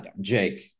Jake